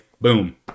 boom